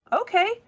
Okay